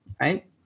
right